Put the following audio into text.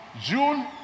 June